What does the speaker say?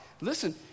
Listen